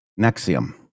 nexium